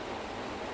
ya